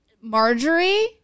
marjorie